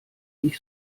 ich